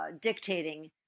dictating